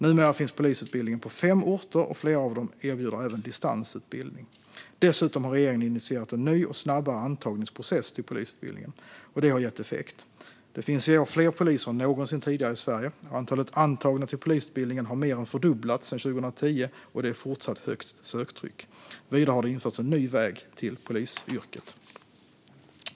Numera finns polisutbildningen på fem orter, och flera av dem erbjuder även distansutbildning. Dessutom har regeringen initierat en ny snabbare antagningsprocess till polisutbildningen. Detta har gett effekt. Det finns i år fler poliser än någonsin tidigare i Sverige. Antalet antagna till polisutbildningen har mer än fördubblats sedan 2010, och det är fortfarande högt söktryck. Vidare har det införts en ny väg till polisyrket.